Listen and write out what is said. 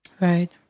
Right